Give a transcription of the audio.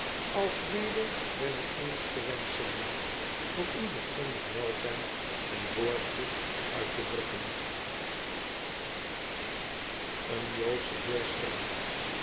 alsmede hunne innigste wenschen voor uw bestendig welzijn en voorspoed uitte drukken een joodsch heer schrijft